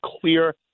clear